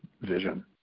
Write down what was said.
vision